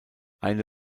eine